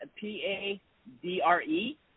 P-A-D-R-E